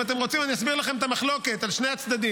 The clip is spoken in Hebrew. אם אתם רוצים אני אסביר לכם את המחלוקת על שני הצדדים,